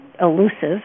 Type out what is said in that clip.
Elusive